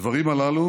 הדברים הללו